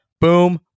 Boom